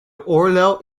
oorlel